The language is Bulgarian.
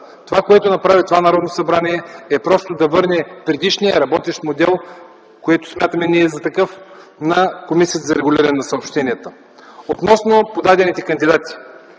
Това, което направи това Народно събрание, е, просто да върне предишния работещ модел, за какъвто ние го смятаме, на Комисията за регулиране на съобщенията. Относно подадените кандидати.